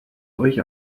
euch